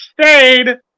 stayed